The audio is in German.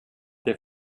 der